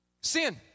Sin